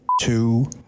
two